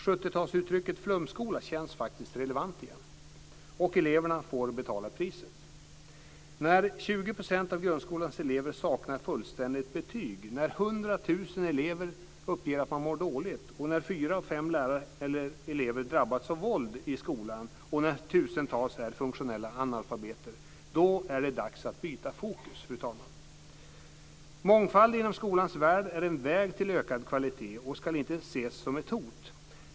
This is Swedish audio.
70 talsuttrycket flumskola känns faktiskt relevant igen. Eleverna får betala priset. När 20 % av grundskolans elever saknar fullständigt betyg, när 100 000 elever uppger att de mår dåligt, när fyra av fem lärare eller elever drabbats av våld i skolan och när tusentals är funktionella analfabeter är det dags att byta fokus, fru talman. Mångfald inom skolans värld är en väg till ökad kvalitet och ska inte ses som ett hot.